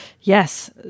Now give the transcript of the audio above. yes